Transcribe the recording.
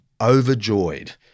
overjoyed